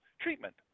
treatment